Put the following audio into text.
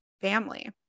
family